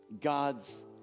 God's